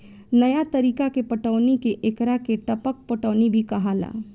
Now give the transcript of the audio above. नया तरीका के पटौनी के एकरा के टपक पटौनी भी कहाला